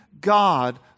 God